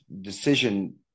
decision